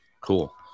cool